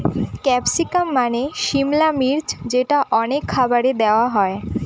capsicum মানে সিমলা মির্চ যেটা অনেক খাবারে দেওয়া হয়